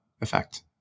effect